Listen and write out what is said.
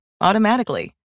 automatically